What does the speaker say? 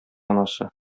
анасы